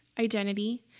identity